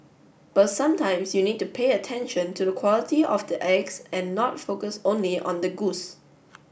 but sometimes you need to pay attention to the quality of the eggs and not focus only on the goose